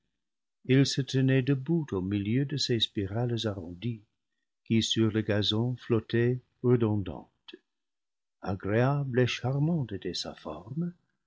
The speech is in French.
il se tenait debout au milieu de ses spirales arrondies qui sur le gazon flottaient redondantes agréable et charmaute était sa forme